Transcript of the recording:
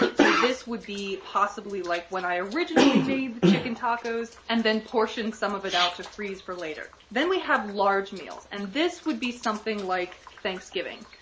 so, this would be possibly like when i originally made the chicken tacos and then portioned some of it out to freeze for later. then we have large meals and this would be something like thanksgiving.